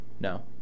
No